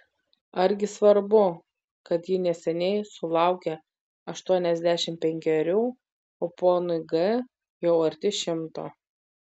argi svarbu kad ji neseniai sulaukė aštuoniasdešimt penkerių o ponui g jau arti šimto